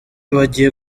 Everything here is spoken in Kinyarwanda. bagiye